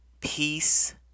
peace